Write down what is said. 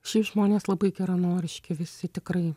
šiaip žmonės labai geranoriški visi tikrai